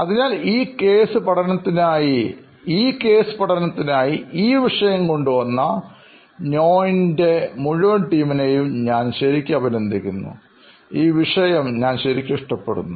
അതിനാൽ ഈ കേസ് പഠനത്തിനായി ഈ വിഷയം കൊണ്ടുവന്ന നോയിന്റെമുഴുവൻ ടീമിനെയും ഞാൻ ശരിക്കും അഭിനന്ദിക്കുന്നു ഈ വിഷയം ഞാൻ ശരിക്കും ഇഷ്ടപ്പെടുന്നു